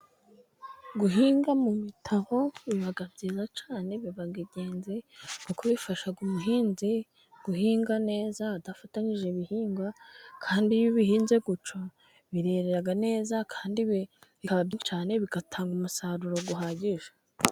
Guhinga mu mitaho biba byiza cyane, biba ingenzi mu Kuko bifasha umuhinzi guhinga neza adafatanyije ibihingwa, kandi iyo ubihinze gutyo birera neza, kandi bitanga umusaruro uhagije.